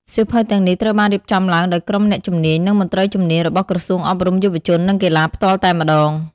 សៀវភៅទាំងនេះត្រូវបានរៀបចំឡើងដោយក្រុមអ្នកជំនាញ និងមន្ត្រីជំនាញរបស់ក្រសួងអប់រំ យុវជន និងកីឡាផ្ទាល់តែម្ដង។